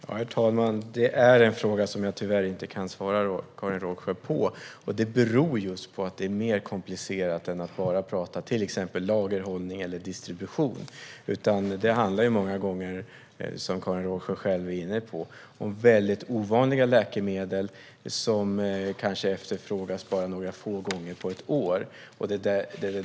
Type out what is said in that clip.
Herr talman! Det är en fråga som jag tyvärr inte kan svara Karin Rågsjö på. Det beror just på att det är mer komplicerat än att bara tala om till exempel lagerhållning och distribution. Det handlar många gånger, som Karin Rågsjö själv är inne på, om väldigt ovanliga läkemedel som kanske efterfrågas bara några få gånger på ett år.